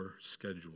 schedule